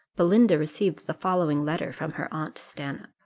belinda received the following letter from her aunt stanhope.